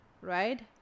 right